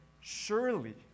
surely